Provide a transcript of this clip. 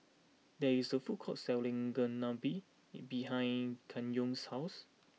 there is a food court selling Chigenabe behind Kenyon's house